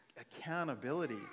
Accountability